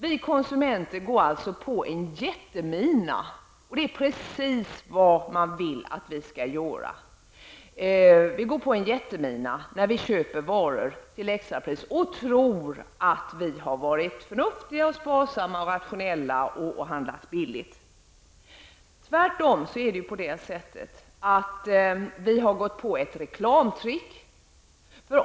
Vi konsumenter går alltså på en jättemina, och det är precis vad man vill att vi skall göra, när vi köper varor till extrapris och tror att vi har varit förnuftiga, sparsamma och rationella och handlat billigt. Tvärtom är det på det sättet att vi har gått på ett reklamtrick.